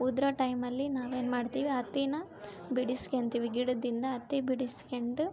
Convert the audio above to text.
ಉದ್ರೋ ಟೈಮಲ್ಲಿ ನಾವೇನು ಮಾಡ್ತೀವಿ ಹತ್ತಿನ ಬಿಡಿಸ್ಕೆಳ್ತೀವಿ ಗಿಡದಿಂದ ಹತ್ತಿ ಬಿಡಿಸ್ಕೆಂಡು